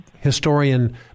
historian